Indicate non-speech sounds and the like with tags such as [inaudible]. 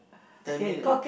tell me [noise]